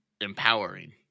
empowering